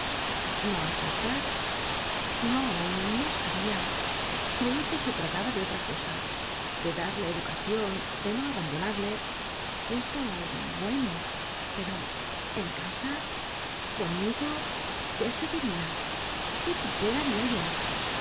no aceptas n o no sabía creí que se trataba de otra cosa de darle educación de no abandonarle eso bueno pero en casa conmigo qué se diría qué papel haría yo